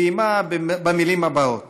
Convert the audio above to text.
סיימה במילים הבאות: